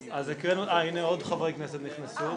אין ההסתייגות (7) של סיעת המחנה הציוני לסעיף 1